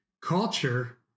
culture